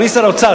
אדוני שר האוצר,